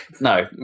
No